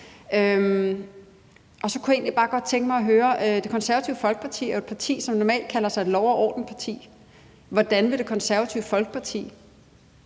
Så kunne jeg egentlig bare godt tænke mig at høre: Det Konservative Folkeparti er jo et parti, som normalt kalder sig et lov og orden-parti. Hvordan vil Det Konservative Folkeparti